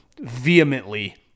vehemently